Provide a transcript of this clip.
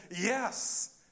yes